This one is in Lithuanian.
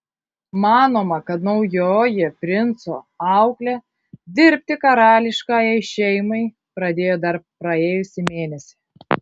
manoma kad naujoji princo auklė dirbti karališkajai šeimai pradėjo dar praėjusį mėnesį